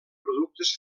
productes